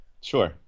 Sure